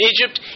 Egypt